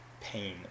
pain